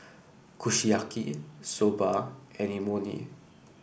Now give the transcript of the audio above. Kushiyaki Soba and Imoni